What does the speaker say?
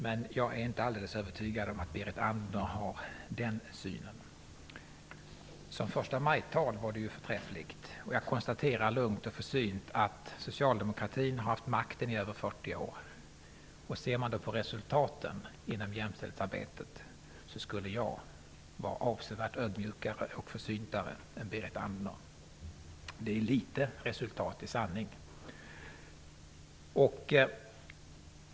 Men jag är inte övertygad om att Berit Andnor delar den synen. Som förstamajtal var det dock förträffligt. Jag konstaterar lugnt och försynt att socialdemokratin har haft makten i över 40 år. Ser man till resultaten inom jämställdhetsarbetet borde man kanske vara avsevärt mera ödmjuk och försynt än Berit Andnor. Resultatet är i sanning litet.